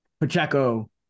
Pacheco